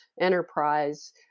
enterprise